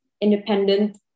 independent